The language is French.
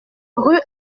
rue